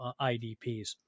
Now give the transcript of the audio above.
IDPs